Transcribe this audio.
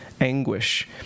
anguish